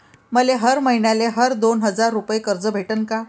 मले हर मईन्याले हर दोन हजार रुपये कर्ज भेटन का?